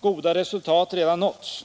goda resultat redan uppnåtts.